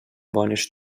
bones